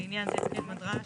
לעניין זה התקן מד רעש,